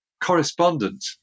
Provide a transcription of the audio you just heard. correspondent